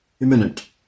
imminent